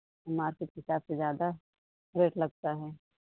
market के हिसाब से ज़्यादा रेट लगता है